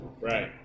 Right